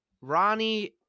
Ronnie